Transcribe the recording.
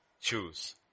choose